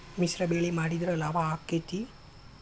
ಮಿಶ್ರ ಬೆಳಿ ಮಾಡಿದ್ರ ಲಾಭ ಆಕ್ಕೆತಿ?